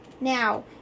Now